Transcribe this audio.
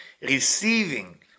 Receiving